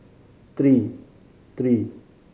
three